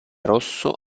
rosso